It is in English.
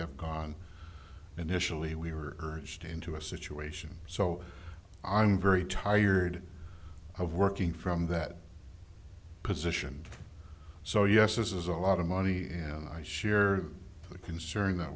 have gone initially we were urged into a situation so i'm very tired of working from that position so yes this is a lot of money and i share the concern that